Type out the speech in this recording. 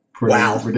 Wow